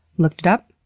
looked it up.